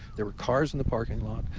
there were cars in the parking lot.